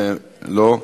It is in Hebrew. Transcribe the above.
לא.